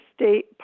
State